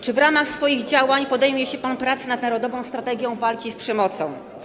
Czy w ramach swoich działań podejmie się pan prace nad narodową strategią walki z przemocą?